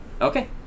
Okay